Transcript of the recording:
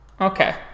Okay